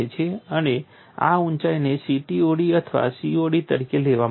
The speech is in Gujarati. અને આ ઉંચાઇને CTOD અથવા COD તરીકે લેવામાં આવે છે